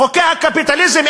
חוקי הקפיטליזם,